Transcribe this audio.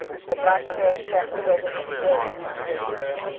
her black curls frosted over with the film of her wedding veil.